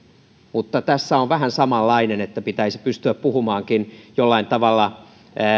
mutta tässä on vähän samanlainen että pitäisi pystyä puhumaankin jollain tavalla